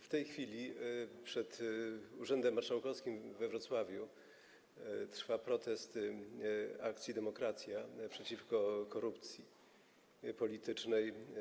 W tej chwili przed urzędem marszałkowskim we Wrocławiu trwa protest Akcji Demokracja przeciwko korupcji politycznej.